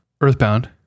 Earthbound